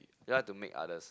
yea to make others